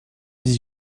dix